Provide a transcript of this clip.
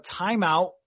timeout